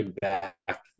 back